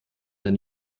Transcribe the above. denn